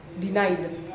denied